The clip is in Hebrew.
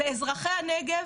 לאזרחי הנגב,